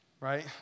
right